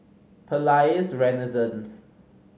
Palais Renaissance